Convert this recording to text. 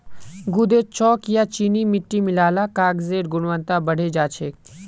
गूदेत चॉक या चीनी मिट्टी मिल ल कागजेर गुणवत्ता बढ़े जा छेक